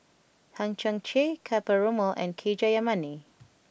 Hang Chang Chieh Ka Perumal and K Jayamani